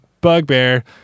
bugbear